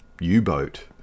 U-boat